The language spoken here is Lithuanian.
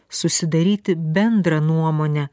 susidaryti bendrą nuomonę